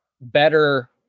better